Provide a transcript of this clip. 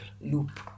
loop